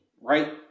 right